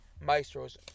maestros